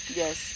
yes